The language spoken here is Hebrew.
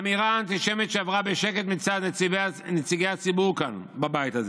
אמירה אנטישמית שעברה בשקט מצד נציגי הציבור כאן בבית הזה,